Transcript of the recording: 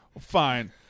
Fine